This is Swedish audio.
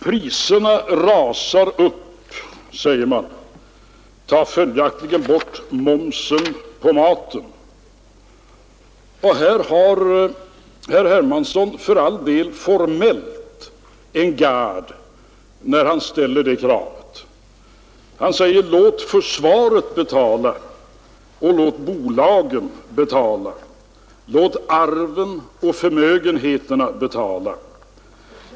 Priserna rusar upp — ta följaktligen bort momsen på maten, säger man. Här har herr Hermansson för all del formellt en gard när han ställer det kravet. Han säger: Låt försvaret och bolagen betala! Låt arven och förmögenheterna betala!